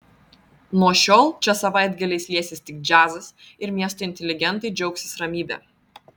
nuo šiol čia savaitgaliais liesis tik džiazas ir miesto inteligentai džiaugsis ramybe